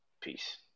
Peace